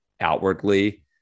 outwardly